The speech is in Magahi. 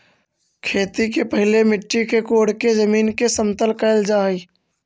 खेती के पहिले मिट्टी के कोड़के जमीन के समतल कैल जा हइ